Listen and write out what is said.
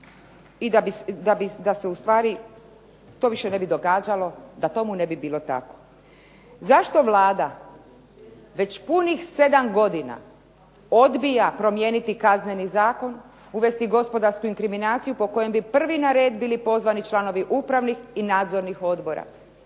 da ustvari se to više ne bi događalo, da tomu ne bi bilo tako. Zašto Vlada već punih 7 godina odbija promijeniti Kazneni zakon, uvesti gospodarsku inkriminaciju po kojem bi prvi na red bili pozvani članovi upravnih i nadzornih odbora.